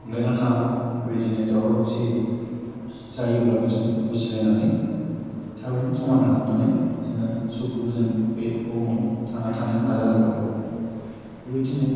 अनलायना थानांगौ बेबायदिनो दावराव दावसि जायोब्लाबो जों बुजिलायनानै थाबैनो समादान खालामनानै जोङो सुखु गोजोन बे बुहुमाव थांनानै थानो नाजा नांगौ आरो बेबायदिनो